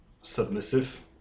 Submissive